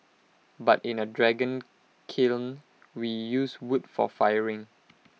but in A dragon kiln we use wood for firing